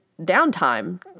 downtime